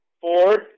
four